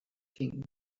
king